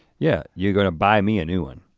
yeah, you're gonna buy me a new one.